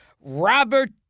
Robert